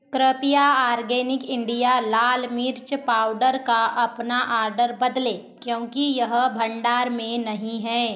कृपया organic India लाल मिर्च पाउडर का अपना ऑर्डर बदलें क्योंकि यह भंडार में नहीं है